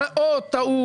אבל או טעו